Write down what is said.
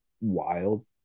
wild